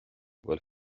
bhfuil